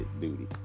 duty